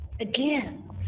again